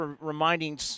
reminding